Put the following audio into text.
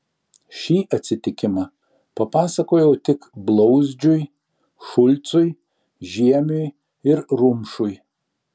šį atsitikimą papasakojau tik blauzdžiui šulcui žiemiui ir rumšui